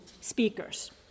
speakers